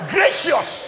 Gracious